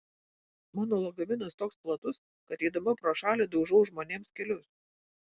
mano lagaminas toks platus kad eidama pro šalį daužau žmonėms kelius